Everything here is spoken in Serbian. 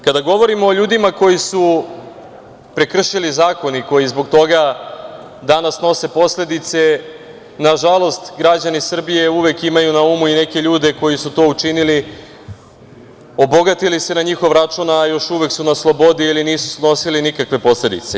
Kada govorim o ljudima koji su prekršili zakon i koji zbog toga danas snose posledice, na žalost građani Srbije uvek imaju na umu i neke ljude koji su to učinili, obogatili se na njihov račun, a još uvek su na slobodi ili nisu snosili nikakve posledice.